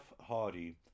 Hardy